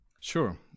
Sure